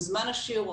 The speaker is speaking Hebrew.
בזמן השיעור,